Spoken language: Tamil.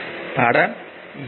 படம் 2